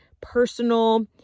personal